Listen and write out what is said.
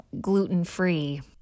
gluten-free